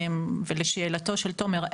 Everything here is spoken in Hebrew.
ולשאלתו של תומר,